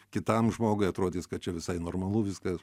kitam žmogui atrodys kad čia visai normalu viskas